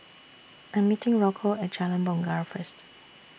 I'm meeting Rocco At Jalan Bungar First